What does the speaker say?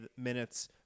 minutes